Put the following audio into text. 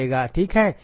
ठीक है